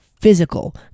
physical